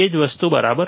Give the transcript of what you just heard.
એ જ વસ્તુ બરાબર